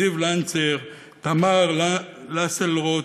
זיו לנצ'נר, תמר לסלרוט.